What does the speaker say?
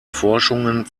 forschungen